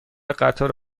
قطار